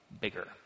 bigger